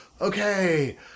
okay